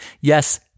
Yes